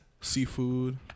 Seafood